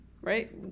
Right